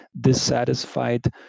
dissatisfied